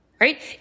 right